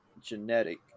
Genetic